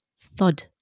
thud